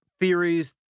theories